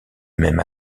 même